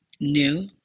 new